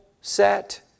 set